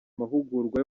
mahugurwa